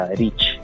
reach